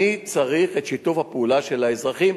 אני צריך את שיתוף הפעולה של האזרחים,